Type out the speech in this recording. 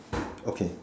okay